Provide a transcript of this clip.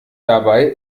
dabei